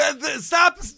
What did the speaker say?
Stop